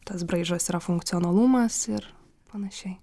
tas braižas yra funkcionalumas ir panašiai